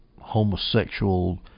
homosexual